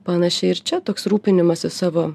panašiai ir čia toks rūpinimasis savo